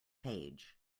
page